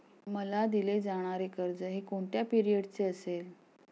मला दिले जाणारे कर्ज हे कोणत्या पिरियडचे असेल?